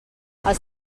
els